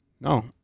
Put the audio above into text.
No